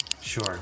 Sure